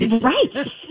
Right